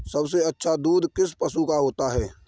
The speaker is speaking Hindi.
सबसे अच्छा दूध किस पशु का होता है?